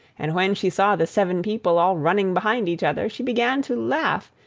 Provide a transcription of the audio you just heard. and when she saw the seven people all running behind each other, she began to laugh,